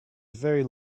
very